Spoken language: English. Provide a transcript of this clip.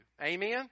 Amen